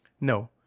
No